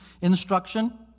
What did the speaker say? instruction